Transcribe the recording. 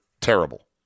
terrible